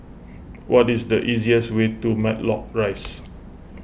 what is the easiest way to Matlock Rise